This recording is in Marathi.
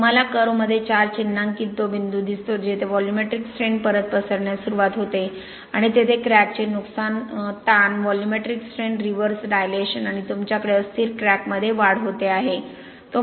तुम्हाला कर्व्ह मध्ये 4 चिन्हांकित तो बिंदू दिसतो जिथे व्हॉल्यूमेट्रिक स्ट्रेन परत पसरण्यास सुरवात होते आणि तेथे क्रॅकचे नुकसान ताण व्हॉल्यूमेट्रिक स्ट्रेन रिव्हर्स डायलेशन आणि तुमच्याकडे अस्थिर क्रॅकमध्ये वाढ होते आहे